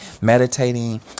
meditating